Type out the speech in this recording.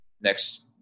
next